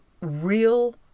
real